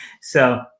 So-